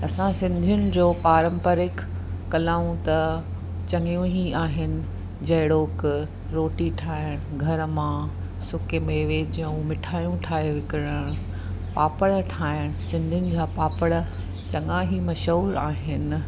असां सिंधीयुनि जो पारंपारिक कलाऊं त चङियूं ई आहिनि जहिड़ो क रोटी ठाहिण घर मां सुके मेवे जूं मिठायूं ठाहे विकणण पापड़ ठाहीण सिंधीयुनि जा पापड़ चंङा ई मशहूरु आहिनि